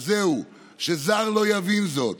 אז זהו, שזר לא יבין זאת.